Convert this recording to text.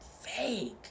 fake